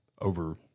over